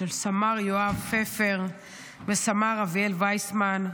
של סמ"ר יואב פפר ושל סמ"ר אביאל וויסמן,